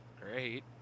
great